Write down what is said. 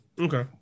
Okay